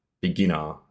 beginner